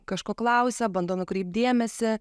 kažko klausia bando nukreipt dėmesį